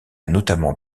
notamment